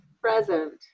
present